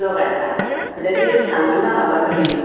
Jacques हाडटा म्हणल्यार rate सांगूना म्हाका तुमी